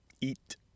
Eat